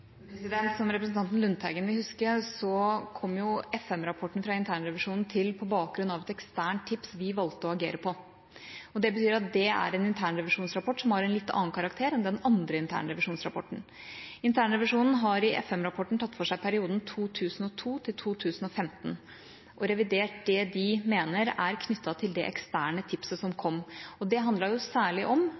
Som representanten Lundteigen vil huske, kom F-5-rapporten fra internrevisjonen til på bakgrunn av et eksternt tips vi valgte å agere på. Det betyr at det er en internrevisjonsrapport som har en litt annen karakter enn den andre internrevisjonsrapporten. Internrevisjonen har i F-5-rapporten tatt for seg perioden 2002–2015 og revidert det de mener er knyttet til det eksterne tipset som kom. Det handlet særlig om